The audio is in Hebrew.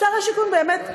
עבר הזמן.